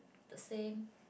the same